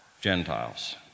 Gentiles